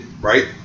right